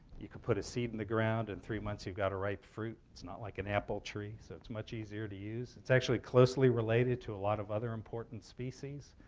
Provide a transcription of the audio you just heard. you could put a seed in the ground. in and three months, you've got a ripe fruit. it's not like an apple tree, so it's much easier to use. it's actually closely related to a lot of other important species.